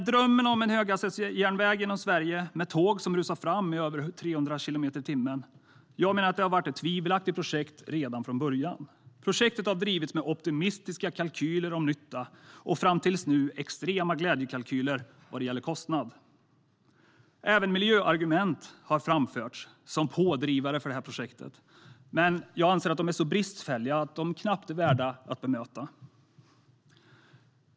Drömmen om en höghastighetsjärnväg genom Sverige, med tåg som rusar fram i över 300 kilometer i timmen, har varit ett tvivelaktigt projekt redan från början, menar jag. Projektet har drivits med optimistiska kalkyler om nytta och fram till nu med extrema glädjekalkyler vad gäller kostnad. Även miljöargument har framförts som pådrivare för det här projektet, men jag anser att de är så bristfälliga att de knappt är värda att bemöta.